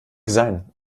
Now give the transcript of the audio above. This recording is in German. sein